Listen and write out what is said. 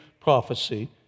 prophecy